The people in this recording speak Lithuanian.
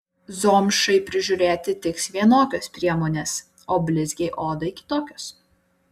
zomšai prižiūrėti tiks vienokios priemonės o blizgiai odai kitokios